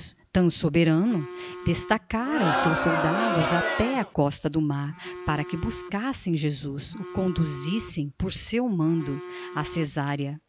tão soberano destacara os seus soldados até à costa do mar para que buscassem jesus o conduzissem por seu mando a cesareia